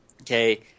okay